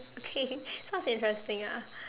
okay sounds interesting ah